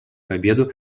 победу